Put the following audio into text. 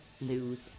lose